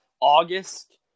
August